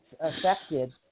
affected